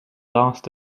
last